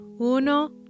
Uno